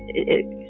it